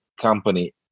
company